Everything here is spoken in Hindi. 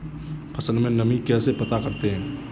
फसल में नमी कैसे पता करते हैं?